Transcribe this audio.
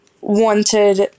wanted